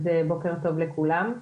בוקר טוב לכולם.